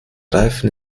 reifen